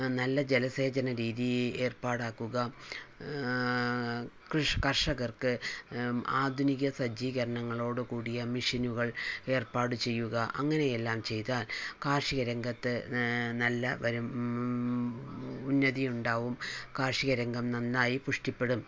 നല്ല ജലസേചനരീതി ഏർപ്പാടാക്കുക കൃഷി കർഷകർക്ക് ആധുനിക സജീകരണങ്ങളോട് കൂടിയ മെഷീനുകൾ ഏർപ്പാട് ചെയ്യുക അങ്ങനെയെല്ലാം ചെയ്താൽ കാർഷികരംഗത്ത് നല്ല വരും ഉന്നതിയുണ്ടാകും കാർഷികരംഗം നന്നായി പുഷ്ടിപ്പെടും